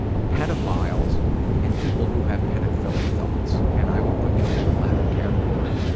pedophiles and people who have pedophilic thoughts, and i would put you into the latter category.